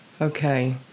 Okay